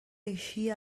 eixia